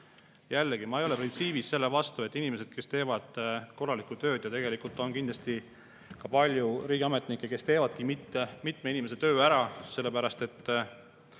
ma ei ole printsiibis selle vastu, et inimesi, kes teevad korralikku tööd, [võiks premeerida]. Kindlasti on palju riigiametnikke, kes teevadki mitme inimese töö ära, sellepärast et